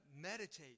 meditate